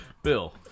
Bill